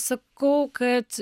sakau kad